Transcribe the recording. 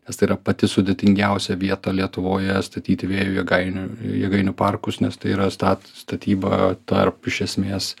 nes tai yra pati sudėtingiausia vieta lietuvoje statyti vėjo jėgainių jėgainių parkus nes tai yra stat statyba tarp iš esmės